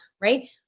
right